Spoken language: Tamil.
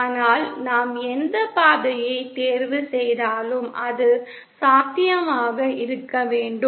ஆனால் நாம் எந்த பாதையை தேர்வு செய்தாலும் அது சாத்தியமாக இருக்க வேண்டும்